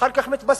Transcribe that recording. ואחר כך מתבשרים